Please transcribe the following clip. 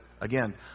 again